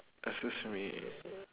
excuse me